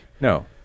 no